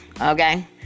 okay